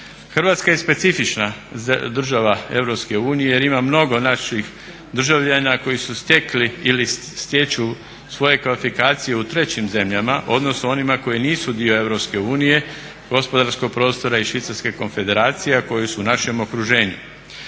Hrvatska je specifična država EU jer ima mnogo naših državljana koji su stekli ili stječu svoje kvalifikacije u trećim zemljama odnosno onima koji nisu dio EU, gospodarskog prostora i švicarske konfederacije a koji su u našem okruženju.